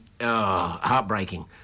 heartbreaking